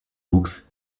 wuchs